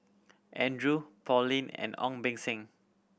Andrew Paulin and Ong Beng Seng